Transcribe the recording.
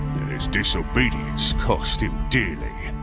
his disobedience cost him dearly.